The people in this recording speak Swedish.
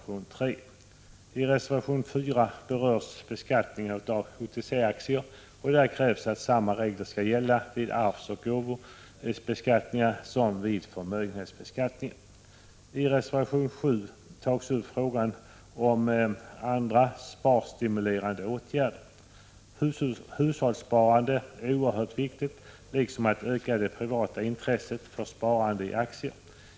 I reservation 4 berörs beskattningen av OTC-aktier, och det krävs att samma regler skall gälla vid arvsoch gåvobeskattningen som vid förmögenhetsbeskattningen. I reservation 7 tar vi upp frågan om andra sparstimulerande åtgärder. Att öka hushållssparandet är oerhört viktigt, liksom att öka det privata intresset för sparande i aktier.